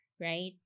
right